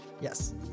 Yes